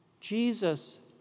Jesus